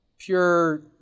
pure